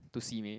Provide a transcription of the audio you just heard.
to Simei